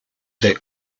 they